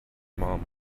mum